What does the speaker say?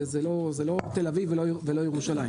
זה לא תל-אביב ולא ירושלים.